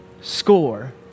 score